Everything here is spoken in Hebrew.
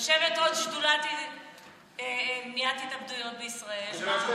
יושבת-ראש שדולת מניעת התאבדויות בישראל.